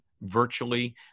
virtually